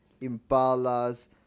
impalas